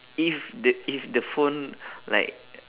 if the if the phone like